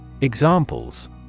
Examples